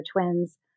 twins